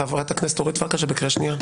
חברת הכנסת אורית פרקש הכהן, את בקריאה שנייה.